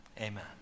Amen